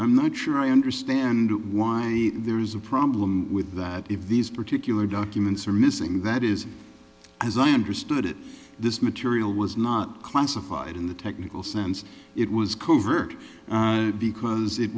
i'm not sure i understand why there is a problem with that if these particular documents are missing that is as i understood it this material was not classified in the technical sense it was covert because it